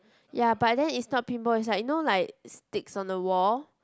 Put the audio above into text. ya but then it's not pinball it's like you know like sticks on the wall